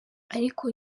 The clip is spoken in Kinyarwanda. ariko